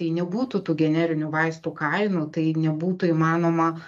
jei nebūtų tų generinių vaistų kainų tai nebūtų įmanoma